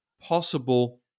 possible